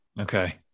okay